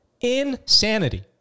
Insanity